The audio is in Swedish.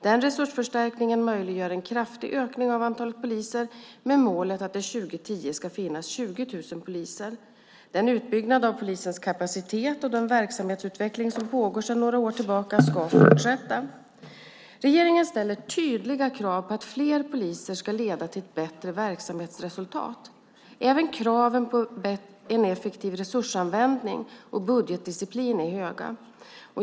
Denna resursförstärkning möjliggör en kraftig ökning av antalet poliser med målet att det 2010 ska finnas 20 000 poliser. Den utbyggnad av polisens kapacitet och den verksamhetsutveckling som pågår sedan några år tillbaka ska fortsätta. Regeringen ställer tydliga krav på att fler poliser ska leda till ett bättre verksamhetsresultat. Även kraven på en effektiv resursanvändning och budgetdisciplin är höga.